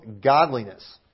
godliness